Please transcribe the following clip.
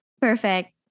perfect